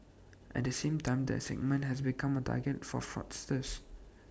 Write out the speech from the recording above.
at the same time the segment has become A target for fraudsters